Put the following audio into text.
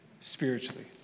spiritually